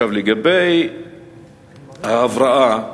לגבי ההבראה,